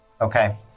okay